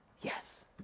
Yes